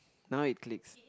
now it clicks